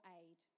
aid